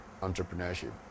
entrepreneurship